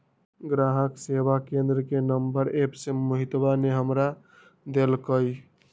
ग्राहक सेवा केंद्र के नंबर एप्प से मोहितवा ने हमरा देल कई